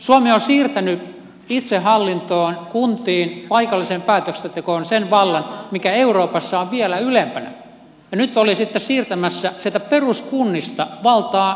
suomi on siirtänyt itsehallintoon kuntiin paikalliseen päätöksentekoon sen vallan mikä euroopassa on vielä ylempänä ja nyt olisitte siirtämässä sieltä peruskunnista valtaa ylemmäs